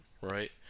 right